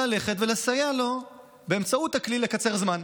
ללכת ולסייע לו באמצעות הכלי לקצר זמן.